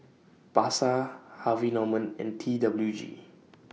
Pasar Harvey Norman and T W G